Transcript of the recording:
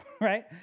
right